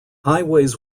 highways